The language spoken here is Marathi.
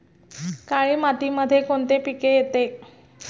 काळी मातीमध्ये कोणते पिके येते?